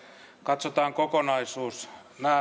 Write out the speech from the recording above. katsotaan kokonaisuus nämä